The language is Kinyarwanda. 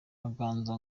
inganzo